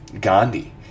Gandhi